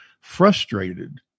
frustrated